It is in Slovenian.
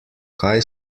kaj